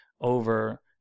over